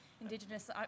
Indigenous